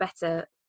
better